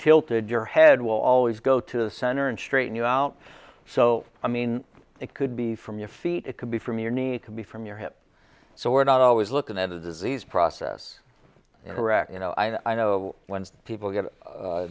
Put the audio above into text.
tilted your head will always go to the center and straighten you out so i mean it could be from your feet it could be from your knee could be from your hip so we're not always looking at a disease process in iraq you know i mean i know when people get